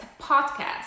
podcast